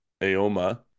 Aoma